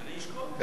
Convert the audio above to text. אני אשקול.